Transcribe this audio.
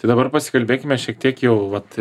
tai dabar pasikalbėkime šiek tiek jau vat